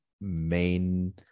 main